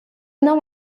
não